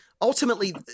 ultimately